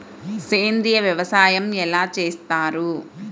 సేంద్రీయ వ్యవసాయం ఎలా చేస్తారు?